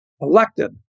elected